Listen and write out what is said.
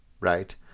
right